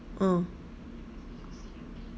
oh